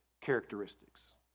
characteristics